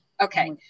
Okay